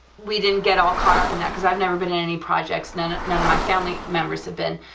we didn't get all caught up in that, because i've never been in any projects, none none of my family members have been,